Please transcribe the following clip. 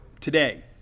today